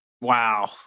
Wow